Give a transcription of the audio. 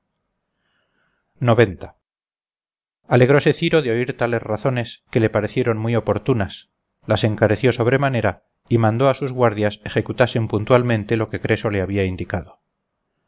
alegróse ciro de oír tales razones que le parecieron muy oportunas las encareció sobremanera y mandó a sus guardias ejecutasen puntualmente lo que creso le había indicado